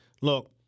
Look